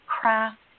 craft